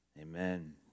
Amen